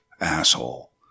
asshole